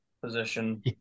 position